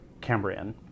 Cambrian